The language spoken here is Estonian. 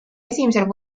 esimesel